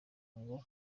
ngo